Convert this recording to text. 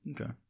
okay